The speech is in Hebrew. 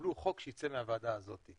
שיקבלו חוק שיצא מהוועדה הזאת.